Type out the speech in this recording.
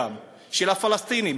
של הפלסטינים,